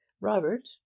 robert